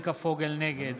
נגד